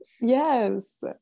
yes